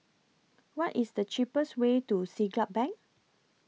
What IS The cheapest Way to Siglap Bank